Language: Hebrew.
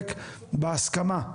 ולהסתפק בהסכמה.